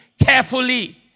carefully